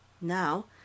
Now